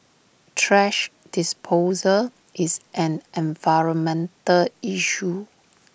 thrash disposal is an environmental issue